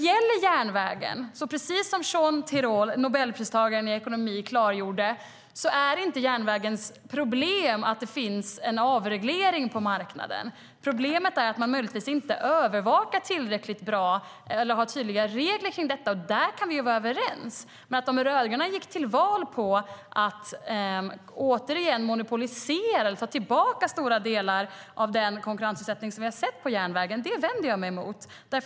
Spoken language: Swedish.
Precis som Jean Tirole, nobelpristagaren i ekonomi, klargjorde är inte järnvägens problem att det finns en avreglering på marknaden; problemet är att man möjligtvis inte övervakar detta tillräckligt bra eller har tydliga regler kring det. Där kan vi vara överens. Att de rödgröna gick till val på att återigen monopolisera eller ta tillbaka stora delar av den konkurrensutsättning vi har sett på järnvägen vänder jag mig dock emot.